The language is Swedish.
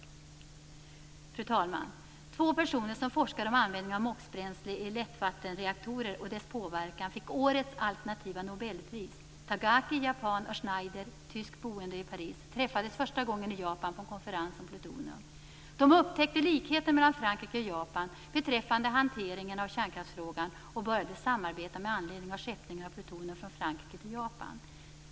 Fru talman! Två personer som forskar om användningen av MOX-bränsle i lättvattenreaktorer och dess påverkan fick årets alternativa nobelpris. Tagaki, japan, och Schneider, tysk boende i Paris, träffades första gången i Japan på en konferens om plutonium. De upptäckte likheten mellan Frankrike och Japan beträffande hanteringen av kärnkraftsfrågan och började samarbeta med anledning av skeppningen av plutonium från Frankrike till Japan.